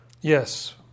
Yes